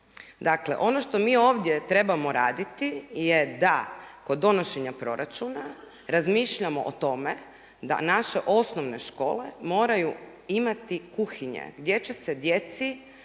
Dakle ono što mi ovdje trebamo raditi je da kod donošenja proračuna razmišljamo o tome da naše osnovne škole moraju imati kuhinje gdje će se djeci